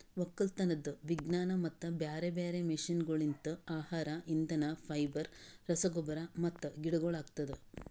ಒಕ್ಕಲತನದ್ ವಿಜ್ಞಾನ ಮತ್ತ ಬ್ಯಾರೆ ಬ್ಯಾರೆ ಮಷೀನಗೊಳ್ಲಿಂತ್ ಆಹಾರ, ಇಂಧನ, ಫೈಬರ್, ರಸಗೊಬ್ಬರ ಮತ್ತ ಗಿಡಗೊಳ್ ಆಗ್ತದ